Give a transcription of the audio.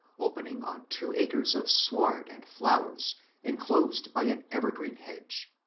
opening on two acres of sward and flowers enclosed by an evergreen hedge.